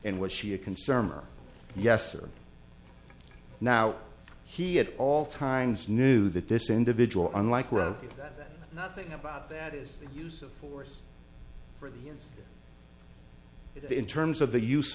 and was she a consumer yes or now he at all times knew that this individual unlikely that nothing about that is use of force in terms of the use